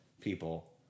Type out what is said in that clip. people